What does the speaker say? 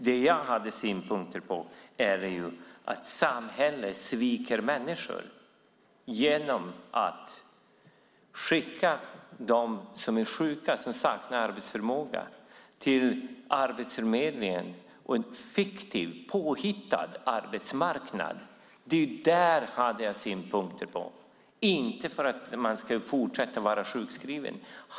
Det som jag har synpunkter på är att samhället sviker människor som är sjuka och saknar arbetsförmåga genom att skicka dem till Arbetsförmedlingen och en fiktiv, påhittad, arbetsmarknad. Det är det som är min synpunkt, inte att man ska fortsätta att vara sjukskriven.